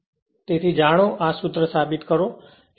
તેથી જાણો અને આ આ સૂત્ર સાબિત કરો